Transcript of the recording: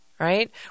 right